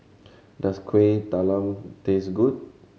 does Kuih Talam taste good